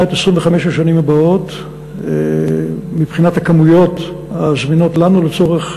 את 25 השנים הבאות מבחינת הכמויות הזמינות לנו לצורך,